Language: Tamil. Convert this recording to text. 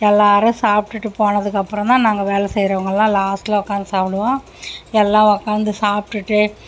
எல்லாரும் சாப்ட்டுட்டு போனதுக்கப்பறந்தான் நாங்கள் வேலை செய்கிறவங்கள்லாம் லாஸ்ட்டில் உட்காந்து சாப்பிடுவோம் எல்லாம் உட்காந்து சாப்ட்டுட்டு